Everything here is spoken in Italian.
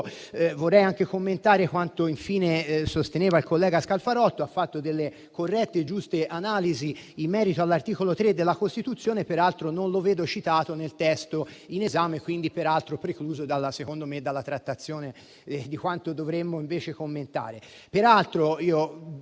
Vorrei anche commentare quanto infine sosteneva il collega Scalfarotto, che ha fatto corrette e giuste analisi in merito all'articolo 3 della Costituzione, che peraltro non vedo citato nel testo in esame e quindi a mio parere è precluso dalla trattazione di quanto dovremmo invece commentare.